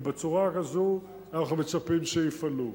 ובצורה כזאת אנחנו מצפים שיפעלו.